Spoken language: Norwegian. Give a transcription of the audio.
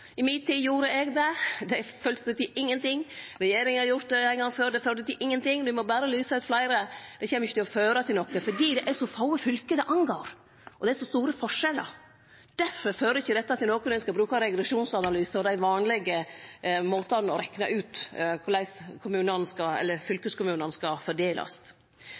I mi tid gjorde eg det, det førte til ingenting. Regjeringa har gjort det ein gong før, det førte til ingenting. Dei må berre lyse ut fleire – det kjem ikkje til å føre til noko, fordi det er så få fylke det gjeld, og det er så store forskjellar. Derfor fører ikkje dette til noko når ein skal bruke regresjonsanalysar og dei vanlege måtane å rekne ut korleis midlane til fylkeskommunane skal fordelast